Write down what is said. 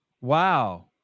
Wow